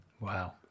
Wow